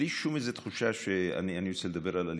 בלי שום תחושה שאני רוצה לדבר על הליכוד,